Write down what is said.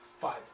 Five